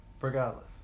regardless